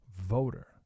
voter